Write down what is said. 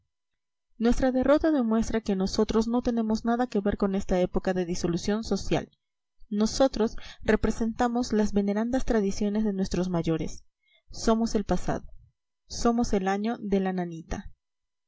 nuestra derrota demuestra que nosotros no tenemos nada que ver con esta época de disolución social nosotros representamos las venerandas tradiciones de nuestros mayores somos el pasado somos el año de la nanita